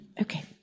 Okay